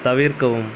தவிர்க்கவும்